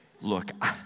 look